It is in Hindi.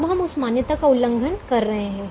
अब हम उस मान्यता का उल्लंघन कर रहे हैं